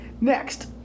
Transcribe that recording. next